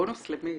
בונוס למי?